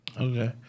Okay